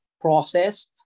process